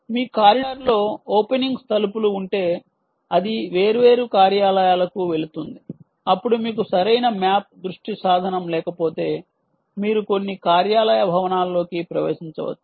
మీ కారిడార్లో ఓపెనింగ్స్ తలుపులు ఉంటే అది వేర్వేరు కార్యాలయాలకు వెళుతుంది అప్పుడు మీకు సరైన మ్యాప్ సృష్టి సాధనం లేకపోతే మీరు కొన్ని కార్యాలయ భవనాల్లోకి ప్రవేశించవచ్చు